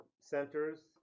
centers